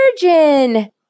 virgin